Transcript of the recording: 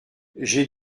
j’ai